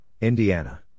Indiana